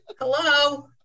Hello